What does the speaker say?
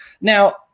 Now